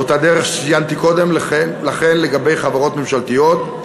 באותה דרך שציינתי קודם לכן לגבי חברות ממשלתיות,